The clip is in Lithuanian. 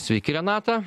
sveiki renata